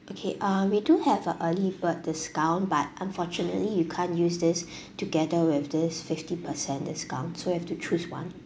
okay uh we do have an early bird discount but unfortunately you can't use this together with this fifty percent discount so have to choose one